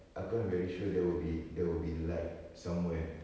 aku I'm very sure there will be there will be light somewhere